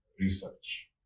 research